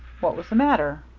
what was the matter?